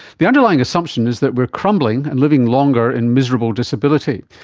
the underlying assumption is that we are crumbling and living longer in miserable disability.